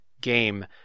game